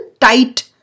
tight